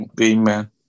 Amen